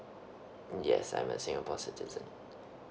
yes I'm a singapore